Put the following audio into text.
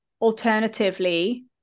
alternatively